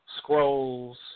scrolls